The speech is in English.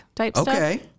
Okay